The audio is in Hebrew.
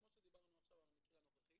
כמו שדיברנו עכשיו על המקרה הנוכחי.